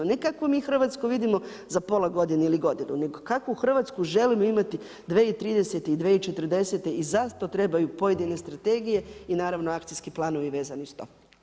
Ne kako mi Hrvatsku vidimo za pola godine ili godinu nego kakvu Hrvatsku želimo imati 2030. i 2040. i zato trebaju pojedine strategije i naravno akcijski planovi vezani uz to.